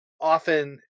often